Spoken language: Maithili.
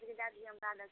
अच्छा दए दिहऽ हम कल खएबै